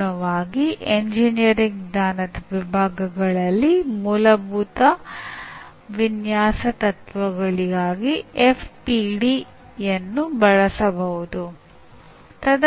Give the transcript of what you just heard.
ದಶಕಗಳಿಂದ ಇದರ ಬಗ್ಗೆ ಅಪಾರ ಪ್ರಮಾಣದ ಟೀಕೆಗಳು ನಡೆದಿವೆ ಆದರೆ ನಿಲವು ಆಧಾರಿತ